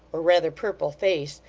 or rather purple face,